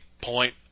point